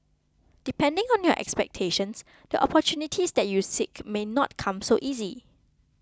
depending on your expectations the opportunities that you seek may not come so easy